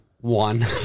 one